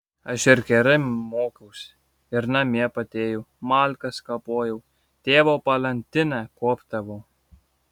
aš ir gerai mokiausi ir namie padėjau malkas kapojau tėvo balandinę kuopdavau